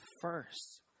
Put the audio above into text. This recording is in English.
first